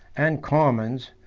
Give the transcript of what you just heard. and commons,